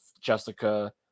Jessica